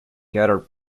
gathered